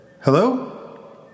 Hello